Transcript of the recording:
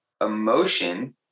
emotion